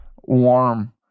warm